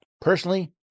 personally